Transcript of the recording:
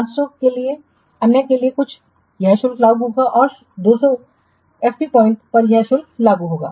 पांच सौ अन्य के लिए यह शुल्क लागू होगा और शेष 200 कार्य बिंदुओं पर यह शुल्क लागू होगा